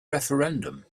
referendum